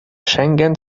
schengen